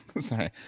sorry